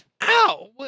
Ow